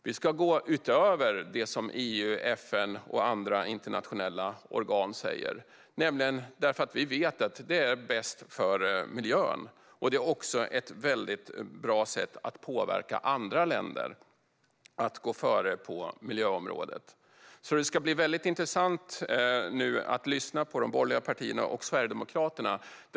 Vi ska gå utöver det som EU, FN och andra internationella organ säger, eftersom vi vet att det är bäst för miljön. Det är också ett väldigt bra sätt att påverka andra länder att gå före på miljöområdet. Det ska bli väldigt intressant att lyssna på de borgerliga partierna och på Sverigedemokraterna.